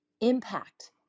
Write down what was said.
Impact